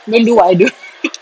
don't do what I do